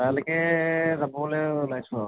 তালৈকে যাবলৈ ওলাইছোঁ আৰু